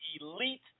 elite